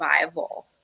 survival